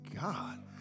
God